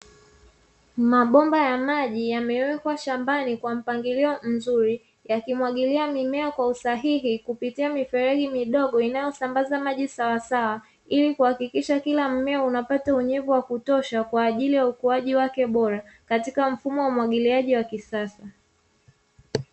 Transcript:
Mabomba ya maji yamewekwa shambani kwa mpangilio mzuri yakimwagilia mimea kwa usahihi kupitia mifereji midogo inayosambaza maji sawasawa, ili kuhakikisha kila mmea unapata unyevu wa kutosha kwa ajili ya ukuaji bora katika mfumo wa umwagiliaji wa kisasa.